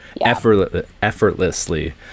effortlessly